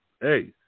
hey